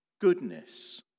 goodness